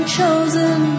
chosen